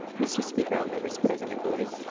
mr. speaker all members present i voted